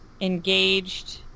engaged